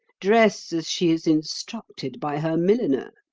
dress as she is instructed by her milliner,